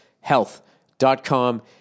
health.com